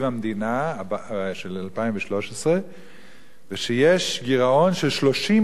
המדינה ל-2013 ושיש גירעון לשנתיים,